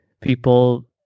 people